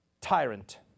tyrant